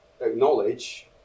acknowledge